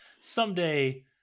Someday